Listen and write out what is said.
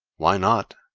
why not,